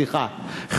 סליחה.